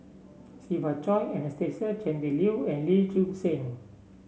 Siva Choy Anastasia Tjendri Liew and Lee Choon Seng